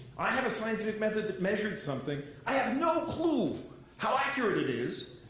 i have a scientific method that measured something. i have no clue how accurate it is.